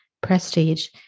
prestige